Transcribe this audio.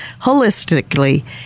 holistically